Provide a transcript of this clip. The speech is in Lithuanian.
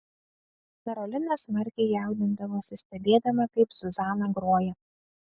karolina smarkiai jaudindavosi stebėdama kaip zuzana groja